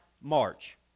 march